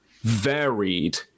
varied